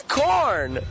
corn